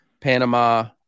Panama